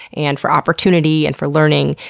and for opportunity, and for learning,